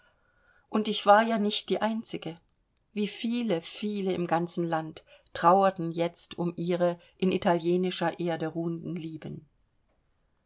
und ich war ja nicht die einzige wie viele viele im ganzen land trauerten jetzt um ihre in italienischer erde ruhenden lieben